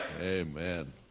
Amen